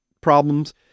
problems